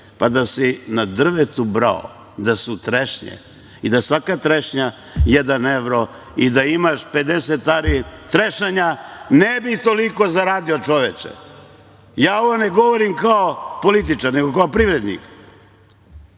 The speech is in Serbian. Pa, da si na drvetu brao, da su trešnje i da svaka trešnja jedan evro i da imaš 50 ari trešanja, ne bi toliko zaradio, čoveče. Ja ovo ne govorim, kao političar, nego kao privrednik.